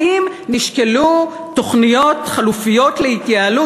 האם נשקלו תוכניות חלופיות להתייעלות,